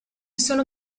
sono